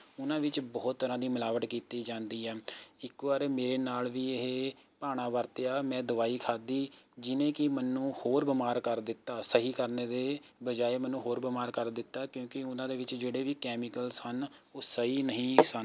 ਉਹਨਾਂ ਵਿੱਚ ਬਹੁਤ ਤਰ੍ਹਾਂ ਦੀ ਮਿਲਾਵਟ ਕੀਤੀ ਜਾਂਦੀ ਆ ਇੱਕ ਵਾਰ ਮੇਰੇ ਨਾਲ ਵੀ ਇਹ ਭਾਣਾ ਵਰਤਿਆ ਮੈਂ ਦਵਾਈ ਖਾਧੀ ਜਿਹਨੇ ਕਿ ਮੈਨੂੰ ਹੋਰ ਬਿਮਾਰ ਕਰ ਦਿੱਤਾ ਸਹੀ ਕਰਨ ਦੇ ਬਜਾਏ ਮੈਨੂੰ ਹੋਰ ਬਿਮਾਰ ਕਰ ਦਿੱਤਾ ਕਿਉਂਕਿ ਉਹਨਾਂ ਦੇ ਵਿੱਚ ਜਿਹੜੇ ਵੀ ਕੈਮੀਕਲ ਸਨ ਉਹ ਸਹੀ ਨਹੀਂ ਸਨ